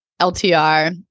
LTR